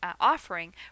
offering